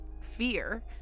fear